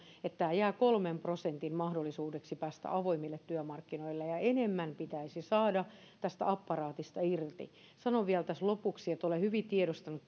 että jää kolmen prosentin mahdollisuudeksi päästä avoimille työmarkkinoille ja enemmän pitäisi saada tästä apparaatista irti sanon vielä tässä lopuksi että olen hyvin tiedostanut